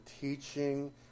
teaching